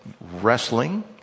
wrestling